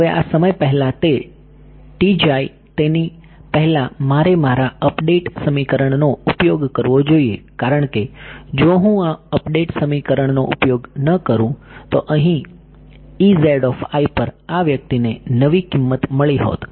તેથી હવે આ સમય પહેલાં તે જાય તેની પહેલા મારે મારા અપડેટ સમીકરણનો ઉપયોગ કરવો જોઈએ કારણ કે જો હું આ અપડેટ સમીકરણનો ઉપયોગ ન કરું તો અહીં પર આ વ્યક્તિને નવી કિંમત મળી હોત